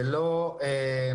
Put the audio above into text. זה לא מספיק,